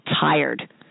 tired